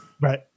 Right